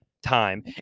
time